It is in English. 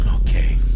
Okay